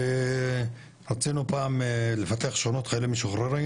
רצינו פעם לפתח שכונות חיילים משוחררים